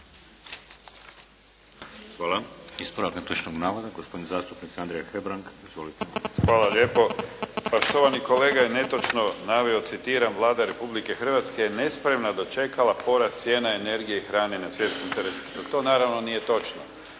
Hvala. Ispravak netočnog navoda, gospodin zastupnik Andrija Hebrang. Izvolite. **Hebrang, Andrija (HDZ)** Hvala lijepo. Pa štovani kolega je netočno naveo, citiram: “Vlada Republike Hrvatske je nespremno dočekala porast cijena energije i hrane na svjetskom tržištu.“ To naravno nije točno.